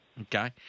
Okay